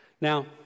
Now